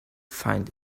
find